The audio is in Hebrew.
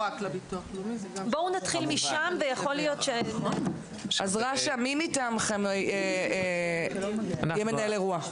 רש"א, מי מטעמכם יהיה מנהל אירוע?